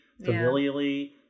familially